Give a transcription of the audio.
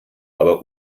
aber